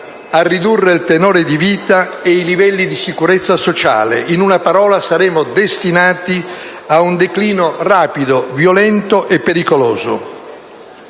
a ridurre il tenore di vita e i livelli di sicurezza sociale. In una parola, saremo destinati ad un declino rapido, violento e pericoloso.